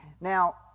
Now